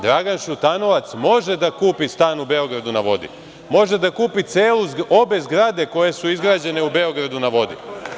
Dragan Šutanovac može da kupi stan u „Beogradu na vodi“, može da kupi obe zgrade koje su izgrađene u „Beogradu na vodi“